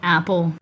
Apple